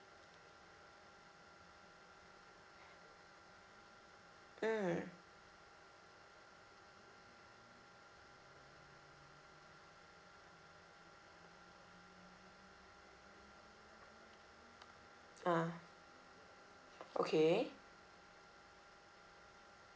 mm uh okay